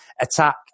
attack